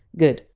good.